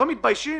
לא מתביישים?